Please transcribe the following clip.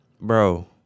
Bro